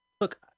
Look